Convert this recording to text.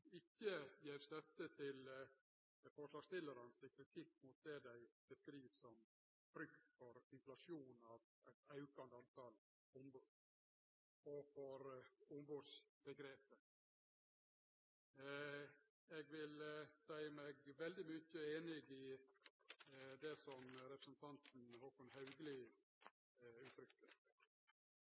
ikkje gjev støtte til forslagsstillarane sin kritikk av det dei beskriv som frykt for inflasjon av eit aukande tal på ombod og for ombodsomgrepet. Eg vil seie meg veldig einig i det som representanten Håkon Haugli uttrykte. For oss i Framstegspartiet er det